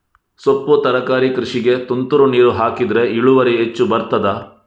ಸೊಪ್ಪು ತರಕಾರಿ ಕೃಷಿಗೆ ತುಂತುರು ನೀರು ಹಾಕಿದ್ರೆ ಇಳುವರಿ ಹೆಚ್ಚು ಬರ್ತದ?